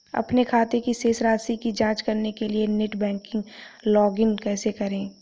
अपने खाते की शेष राशि की जांच करने के लिए नेट बैंकिंग पर लॉगइन कैसे करें?